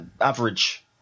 Average